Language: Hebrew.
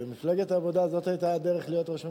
במפלגת העבודה זאת היתה הדרך להיות ראש ממשלה,